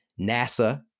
NASA